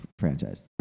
franchise